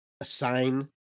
assign